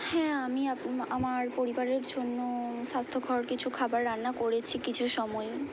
হ্যাঁ আমি আমার পরিবারের জন্য স্বাস্থ্যকর কিছু খাবার রান্না করেছি কিছু সময়ই